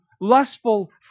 lustful